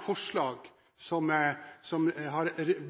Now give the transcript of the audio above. forslag som